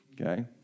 Okay